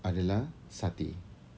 adalah satay